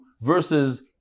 versus